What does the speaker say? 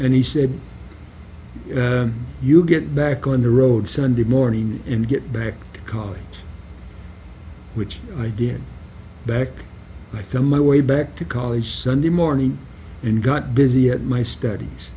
and he said you get back on the road sunday morning and get back to college which i did back then my way back to college sunday morning and got busy at my studies